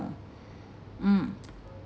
mm